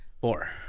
Four